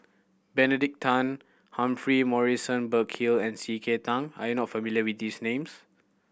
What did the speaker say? Benedict Tan Humphrey Morrison Burkill and C K Tang are you not familiar with these names